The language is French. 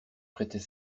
prêtait